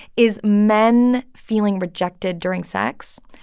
is men feeling rejected during sex.